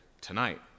tonight